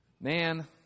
man